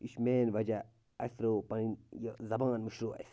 یہِ چھُ مین وَجہ اَسہِ ترٛوو پَنٕنۍ یہِ زَبان مٔشرٲو اَسہِ